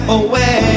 away